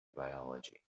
biology